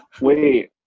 Wait